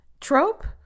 trope